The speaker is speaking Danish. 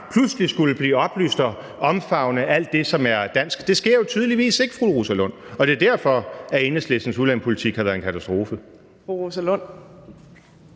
pludselig skulle blive oplyst og omfavne alt det, som er dansk. Det sker jo tydeligvis ikke, fru Rosa Lund. Og det er derfor, at Enhedslistens udlændingepolitik har været en katastrofe.